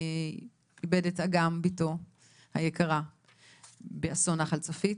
שי איבד את אגם בתו היקרה באסון נחל צפית